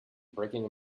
breaking